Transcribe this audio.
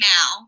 Now